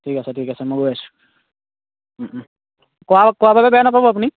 ঠিক আছে ঠিক আছে মই গৈ আছো কোৱা কোৱাৰ বাবে বেয়া নাপাব আপুনি